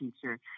teacher